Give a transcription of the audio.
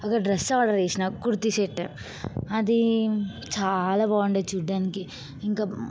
అక్కడ dress order చేసినా kurti set అది చాలా బాగుండే చూడ్డానికి ఇంకా